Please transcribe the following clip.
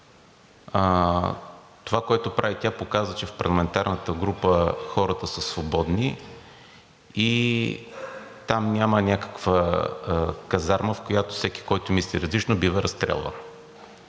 Това, което прави тя, показа, че в парламентарната група хората са свободни и там няма някаква казарма, в която всеки, който мисли различно, бива разстрелван.